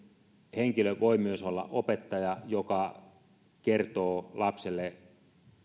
henkilö voi myös olla opettaja joka kertoo lapselle